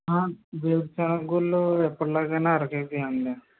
వేరుశనగ గుళ్ళు ఎప్పుడు లాగానే అర కేజీ ఇయ్యండి